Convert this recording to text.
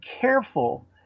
careful